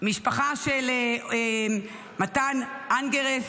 המשפחה של מתן אנגרסט,